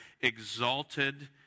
exalted